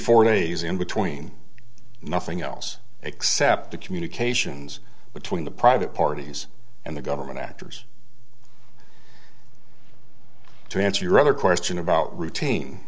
four days in between nothing else except the communications between the private parties and the government actors to answer your other question about routine